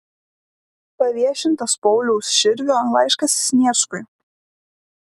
paviešintas pauliaus širvio laiškas sniečkui